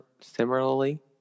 similarly